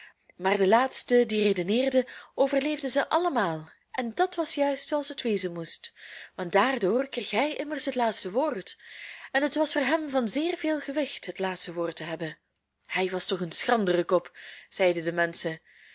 maar de laatste die redeneerde overleefde ze allemaal en dat was juist zooals het wezen moest want daardoor kreeg hij immers het laatste woord en het was voor hem van zeer veel gewicht het laatste woord te hebben hij was toch een schrandere kop zeiden de menschen